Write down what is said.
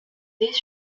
dés